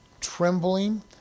trembling